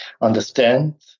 understand